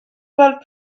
gweld